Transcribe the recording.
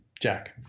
Jack